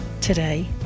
today